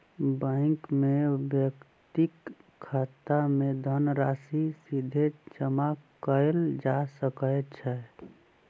bank मे व्यक्तिक खाता मे धनराशि सीधे जमा कयल जा सकै छै